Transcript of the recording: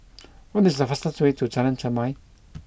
what is the fastest way to Jalan Chermai